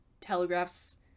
telegraphs